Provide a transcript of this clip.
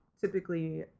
typically